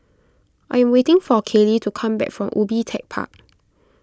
I am waiting for Kailee to come back from Ubi Tech Park